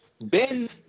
Ben